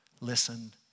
listen